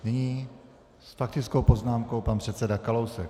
Nyní s faktickou poznámkou pan předseda Kalousek.